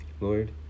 lord